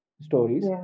stories